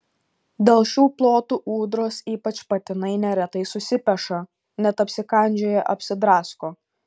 dėl šių plotų ūdros ypač patinai neretai susipeša net apsikandžioja apsidrasko